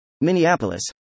Minneapolis